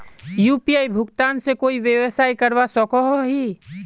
UPI भुगतान से कोई व्यवसाय करवा सकोहो ही?